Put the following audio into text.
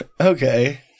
Okay